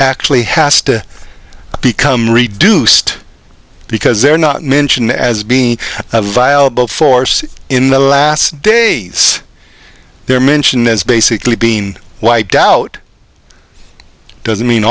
actually has to become reduced because they're not mentioned as being a viable force in the last days they're mentioned as basically being wiped out doesn't mean